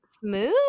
smooth